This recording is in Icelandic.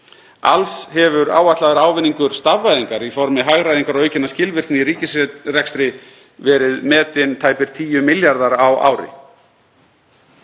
Alls hefur áætlaður ávinningur stafvæðingar í formi hagræðingar og aukinnar skilvirkni í ríkisrekstri verið metinn tæpir 10 milljarðar kr.